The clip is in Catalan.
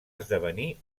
esdevenir